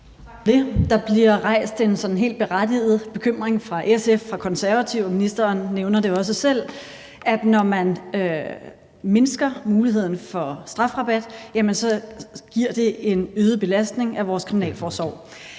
Der bliver rejst en sådan helt berettiget bekymring af SF, af De Konservative, og ministeren nævner det jo også selv, nemlig at når man mindsker muligheden for strafrabat, giver det en øget belastning af vores kriminalforsorg.